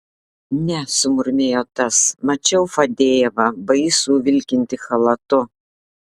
ne sumurmėjo tas mačiau fadejevą baisų vilkintį chalatu